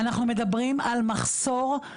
אנחנו מדברים על מחסור, באמת,